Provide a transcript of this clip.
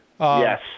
Yes